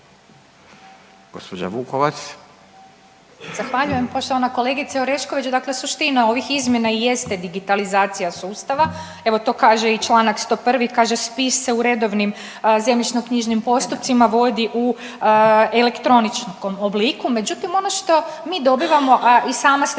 (Nezavisni)** Zahvaljujem. Poštovana kolegice Orešković, dakle suštine ovih izmjena i jeste digitalizacija sustava, evo to kaže i Članak 101. kaže spis se u redovnim zemljišno-knjižnim postupcima vodi u elektroničkom obliku, međutim ono što mi dobivamo, a i sama ste